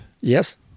Yes